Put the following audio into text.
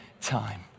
time